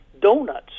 donuts